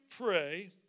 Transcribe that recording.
pray